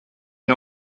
est